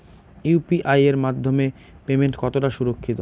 UPI এর মাধ্যমে payment কতটা সুরক্ষিত?